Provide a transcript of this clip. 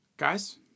Guys